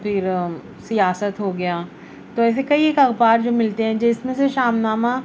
پھر سیاست ہو گیا تو ایسے کئی ایک اخبار جو ملتے ہیں جس میں سے شام نامہ